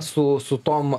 su su tom